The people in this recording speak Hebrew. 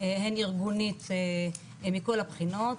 הן ארגונית מכול הבחינות,